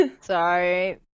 Sorry